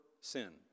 sin